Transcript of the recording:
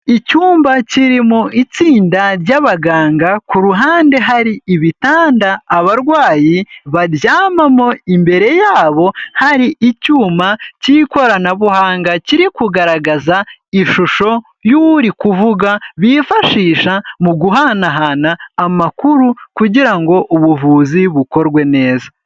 Icyumba kirimo itsinda ry'abaganga, ku ruhande hari ibitanda abarwayi baryamamo, imbere yabo hari icyuma cy'ikoranabuhanga kiri kugaragaza ishusho y'uri kuvuga bifashisha mu guhanahana amakuru kugira ngo ubuvuzi bukorwe neza.